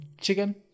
Chicken